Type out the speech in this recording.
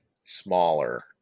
smaller